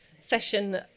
session